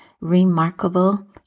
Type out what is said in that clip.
remarkable